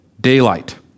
daylight